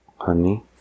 honey